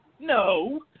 No